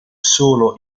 solo